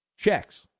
Checks